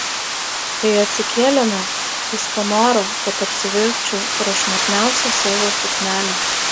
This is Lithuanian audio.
kai atsikėlėme jis panoro kad apsivilkčiau prašmatniausią savo suknelę